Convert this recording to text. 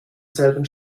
selben